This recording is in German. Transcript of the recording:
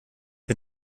mit